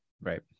right